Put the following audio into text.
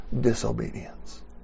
disobedience